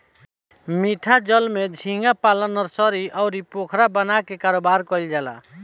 मीठा जल में झींगा पालन नर्सरी, अउरी पोखरा बना के कारोबार कईल जाला